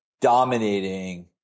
dominating